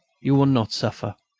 you will not suffer,